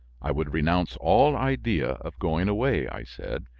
i would renounce all idea of going away, i said,